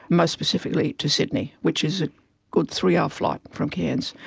most specifically to sydney, which is a good three-hour flight from cairns.